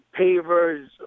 pavers